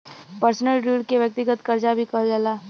personal ऋण के व्यक्तिगत करजा भी कहल जाला